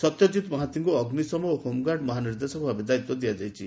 ସତ୍ୟଜିତ୍ ମହାନ୍ତିଙ୍କୁ ଅଗ୍ନିଶମ ଓ ହୋମଗାର୍ଡ ମହାନିର୍ଦ୍ଦେଶକଭାବେ ଦାୟିତ୍ ଦିଆଯାଇଛି